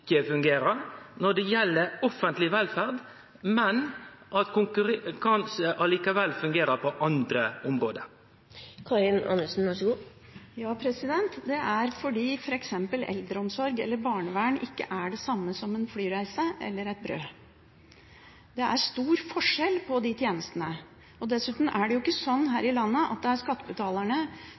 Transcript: fungerer på andre område? Det er fordi f.eks. eldreomsorg eller barnevern ikke er det samme som en flyreise eller et brød. Det er stor forskjell på de tjenestene. Dessuten er det ikke sånn her i landet at det er skattebetalerne